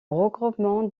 regroupement